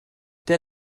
der